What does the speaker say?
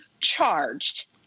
charged